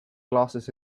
glasses